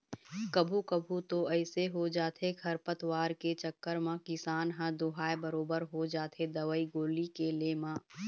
कभू कभू तो अइसे हो जाथे खरपतवार के चक्कर म किसान ह दूहाय बरोबर हो जाथे दवई गोली के ले म